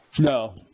No